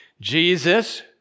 Jesus